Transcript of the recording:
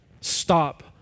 stop